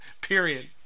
period